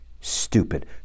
stupid